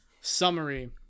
Summary